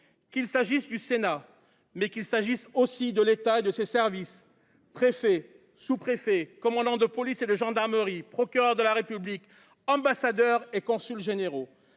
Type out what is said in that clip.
qu’il s’agisse du Sénat, mais aussi de l’État et de ses services : préfets, sous préfets, commandants de police et de gendarmerie, procureurs de la République, ambassadeurs et consuls généraux.